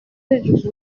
meilleure